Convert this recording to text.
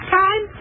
time